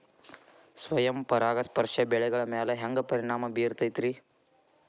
ಸ್ವಯಂ ಪರಾಗಸ್ಪರ್ಶ ಬೆಳೆಗಳ ಮ್ಯಾಲ ಹ್ಯಾಂಗ ಪರಿಣಾಮ ಬಿರ್ತೈತ್ರಿ?